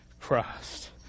Christ